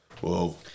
Whoa